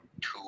two